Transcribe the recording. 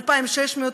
2,600,